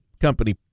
company